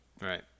Right